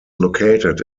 located